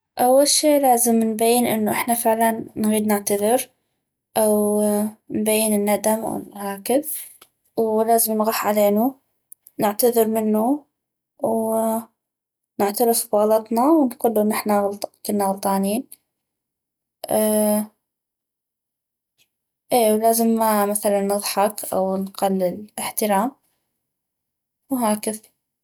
اول شي لازم نبين انو احنا فعلا نغيد نعتذر اونبين الندم وهكذ ولازم نغوح علينو نعتذر منو ونعترف بغلطنا ونقلو نحنا كنا غلطانين اي ولازم ما مثلا نضحك او نقلل احترام وهكذ